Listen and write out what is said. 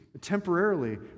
temporarily